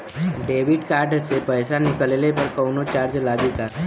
Debit card से पैसा निकलले पर कौनो चार्ज लागि का?